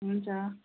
हुन्छ